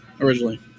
Originally